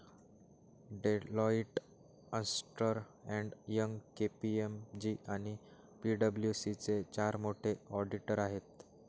Deloitte, अस्न्टर and Young, KPMG आणि PWC हे चार मोठे ऑडिटर आहेत